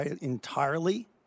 entirely